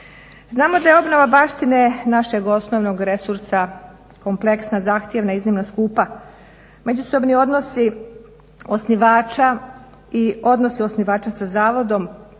Znamo da je obnova baštine našeg osnovnog resursa kompleksna, zahtjevna, iznimno skupa. Međusobni odnosi osnivača i odnosi osnivača sa zavodom,